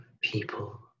people